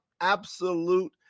absolute